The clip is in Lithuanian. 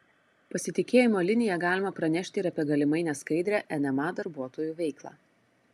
pasitikėjimo linija galima pranešti ir apie galimai neskaidrią nma darbuotojų veiklą